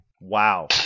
Wow